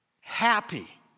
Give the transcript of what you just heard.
happy